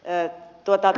puhemies